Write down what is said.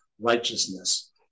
righteousness